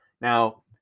now